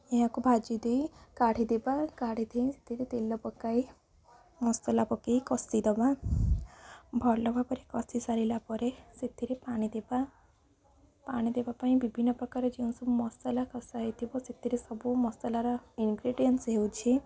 ଏହାକୁ ଭାଜି ଦେଇ କାଢ଼ିଦେବା କାଢ଼ି ଦେଇ ସେଥିରେ ତେଲ ପକାଇ ମସଲା ପକେଇ କଷିଦେବା ଭଲ ଭାବରେ କଷି ସାରିଲା ପରେ ସେଥିରେ ପାଣି ଦେବା ପାଣି ଦେବା ପାଇଁ ବିଭିନ୍ନପ୍ରକାର ଯେଉଁ ସବୁ ମସଲା କଷା ହୋଇଥିବ ସେଥିରେ ସବୁ ମସଲାର ଇନ୍ଗ୍ରିଡ଼ିଏଣ୍ଟ୍ସ୍ ହେଉଛି